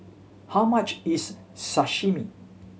how much is Sashimi